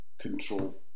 control